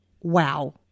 wow